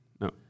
No